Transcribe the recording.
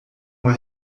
uma